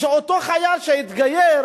כשאותו חייל, שהתגייר